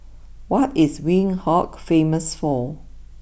what is Windhoek famous for